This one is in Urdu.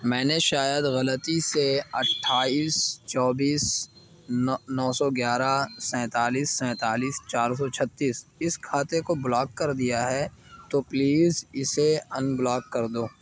میں نے شاید غلطی سے اٹھائیس چوبیس نو سو گیارہ سینتالیس سینتالیس چار سو چھتیس اس کھاتے کو بلاک کر دیا ہے تو پلیز اسے انبلاک کر دو